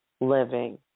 living